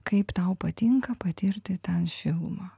kaip tau patinka patirti ten šilumą